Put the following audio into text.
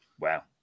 Wow